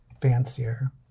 fancier